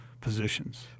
positions